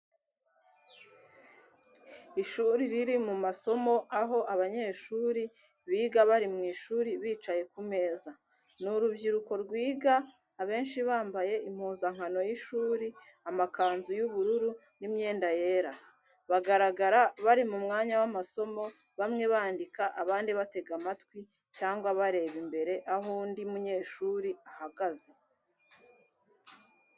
Ishuri riri mu masomo, aho abanyeshuri biga bari mu ishuri bicaye ku meza. Ni urubyiruko rwiga abenshi bambaye impuzankano y’ishuri, amakanzu y’ubururu n’imyenda yera. Bagaragara bari mu mwanya w’amasomo bamwe bandika, abandi batega amatwi cyangwa bareba imbere aho undi munyeshuri ahagaze.